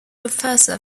professor